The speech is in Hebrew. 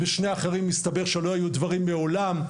בשני האחרים הסתבר שלא היו דברים מעולם.